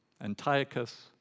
Antiochus